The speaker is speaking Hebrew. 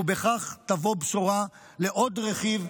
ובכך תבוא בשורה לעוד רכיב,